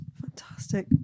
fantastic